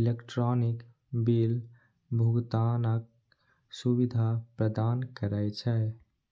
electronic bill भुगतानक सुविधा प्रदान करै छै